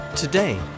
Today